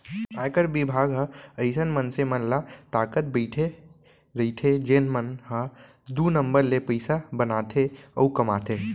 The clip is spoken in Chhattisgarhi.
आयकर बिभाग ह अइसन मनसे मन ल ताकत बइठे रइथे जेन मन ह दू नंबर ले पइसा बनाथे अउ कमाथे